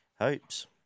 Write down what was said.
hopes